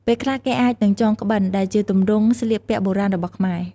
ពេលខ្លះគេអាចនឹងចងក្បិន ដែលជាទម្រង់ស្លៀកពាក់បុរាណរបស់ខ្មែរ។